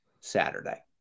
Saturday